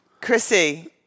Chrissy